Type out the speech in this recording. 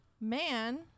man